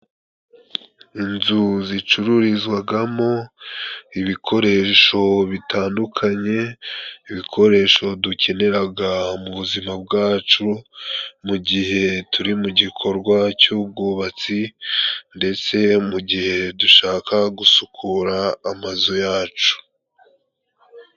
Inzu zicururizwagamo ibikoresho bitandukanye, ibikoresho dukeneraga mu buzima bwacu, mu gihe turi mu gikorwa cy'ubwubatsi, ndetse mu gihe dushaka gusukura amazu yacu.